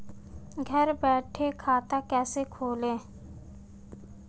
घर बैठे खाता कैसे खोलें?